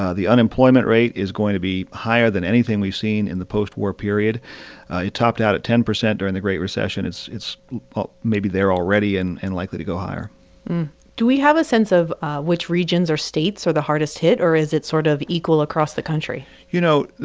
ah the unemployment rate is going to be higher than anything we've seen in the post-war period. it topped out at ten percent during the great recession. it's it's maybe there already and and likely to go higher do we have a sense of which regions or states are the hardest hit, or is it sort of equal across the country? you know,